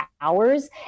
hours